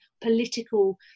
political